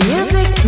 Music